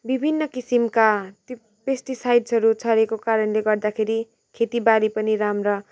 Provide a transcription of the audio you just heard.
विभिन्न किसिमका ती पेस्टिसाइड्सहरू छरेको कारणले गर्दाखेरि खेतीबारी पनि राम्रा